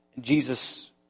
Jesus